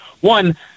One